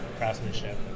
Craftsmanship